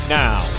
now